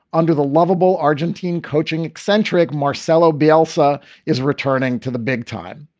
under the lovable argentine coaching, eccentric marcello bielsa is returning to the big time.